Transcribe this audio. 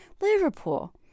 Liverpool